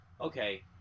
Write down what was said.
okay